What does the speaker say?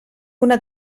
una